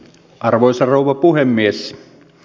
arvoisa rouva puhemies